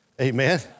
amen